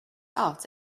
out